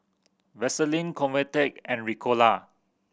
Vaselin Convatec and Ricola